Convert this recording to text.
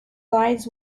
lies